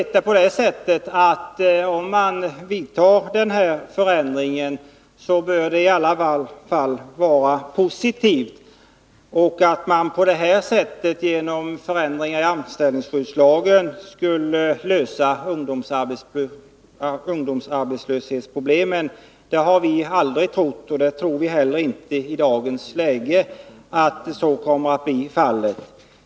Men jag har sett det så att den här förändringen i alla fall bör vara positiv. Att man genom denna förändring av anställningsskyddslagen skulle kunna lösa ungdomsarbetslöshetsproblemen har vi däremot aldrig trott, och inte heller i dagens läge tror vi att det kommer att bli så.